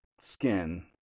skin